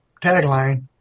tagline